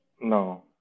No